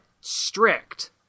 strict